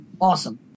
Awesome